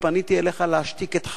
ופניתי אליך להשתיק את חברי,